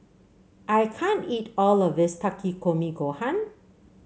I can't eat all of this Takikomi Gohan